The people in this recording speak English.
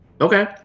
Okay